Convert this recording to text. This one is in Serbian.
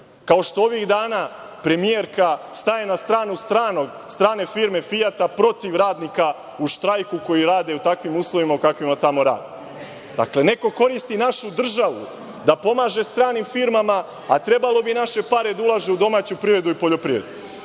Kao što ovih dana premijerka staje na stranu strane firme „Fijata“ protiv radnika u štrajku, koji rade u takvim uslovima u kakvima tamo rade. Dakle, neko koristi našu državu da pomaže stranim firmama, a trebalo bi naše pare da ulaže u domaću privredu i poljoprivredu. Pazite,